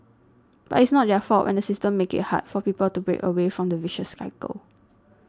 but it's not their fault when the system makes it hard for people to break away from the vicious cycle